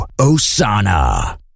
osana